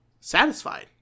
satisfied